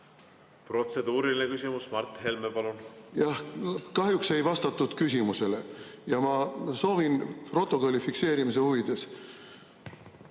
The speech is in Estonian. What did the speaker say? Protseduuriline küsimus, Mart Helme, palun! Kahjuks ei vastatud küsimusele. Ma soovin protokolli fikseerimise huvides